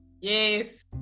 Yes